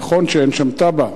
נכון שאין שם תב"ע,